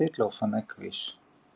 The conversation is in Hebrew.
יחסית לאופנועי כביש.